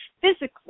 physically